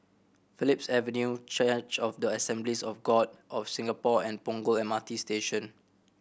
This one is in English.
Phillips Avenue Church of the Assemblies of God of Singapore and Punggol M R T Station